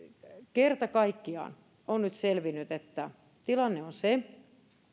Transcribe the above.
kerta kaikkiaan on nyt selvinnyt että tilanne on se